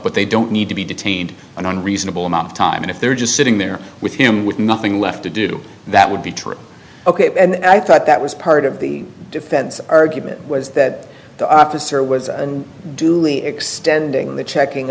but they don't need to be detained an unreasonable amount of time and if they're just sitting there with him with nothing left to do that would be true ok and i thought that was part of the defense argument was that the officer was duly extending the checking